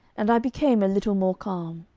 and i became a little more calm.